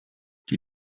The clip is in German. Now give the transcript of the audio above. die